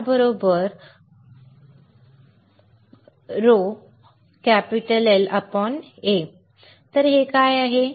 R ρLA हे काय आहे